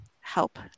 help